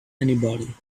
anybody